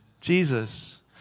Jesus